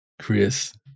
Chris